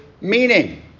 meaning